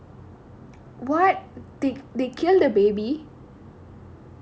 oh my god they shouldn't even be parent if they can't take care of it properly